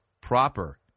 proper